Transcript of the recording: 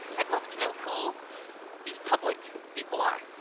i'd love to know who these public people are.